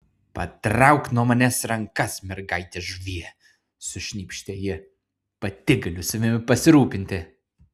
patrauk nuo manęs rankas mergaite žuvie sušnypštė ji pati galiu savimi pasirūpinti